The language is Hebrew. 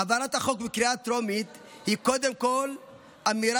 העברת החוק בקריאה טרומית היא קודם כול אמירה